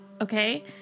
okay